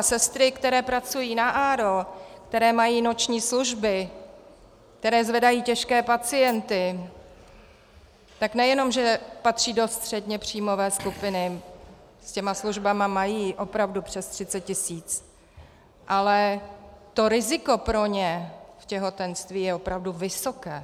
Sestry, které pracují na ARO, které mají noční služby, které zvedají těžké pacienty, nejenom že patří do středněpříjmové skupiny, se službami opravdu mají přes třicet tisíc, ale to riziko pro ně v těhotenství je opravdu vysoké.